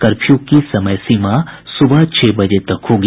curfew की समय सीमा सुबह छह बजे तक होगी